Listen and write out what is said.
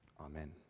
Amen